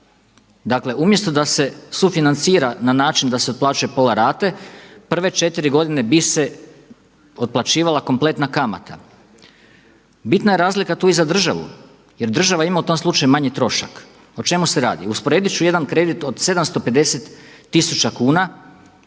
Dakle, umjesto da se sufinancira na način da se otplaćuje pola rate prve četiri godine bi se otplaćivala kompletna kamata. Bitna je razlika tu i za državu jer država ima u tom slučaju manji trošak. O čemu se radi? usporedit ću jedan kredit od 750 tisuća kuna